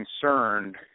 concerned